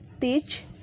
teach